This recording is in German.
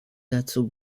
dazu